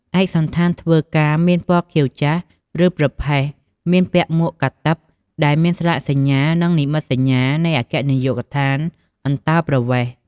ឯកសណ្ឋានធ្វើការមានពណ៌ខៀវចាស់ ឬប្រផេះ មានពាក់មួកកាតិបដែលមានស្លាកសញ្ញានិងនិមិត្តសញ្ញានៃអគ្គនាយកដ្ឋានអន្តោប្រវេសន៍។